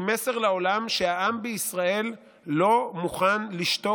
היא מסר לעולם שהעם בישראל לא מוכן לשתוק